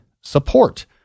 Support